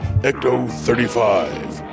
Ecto-35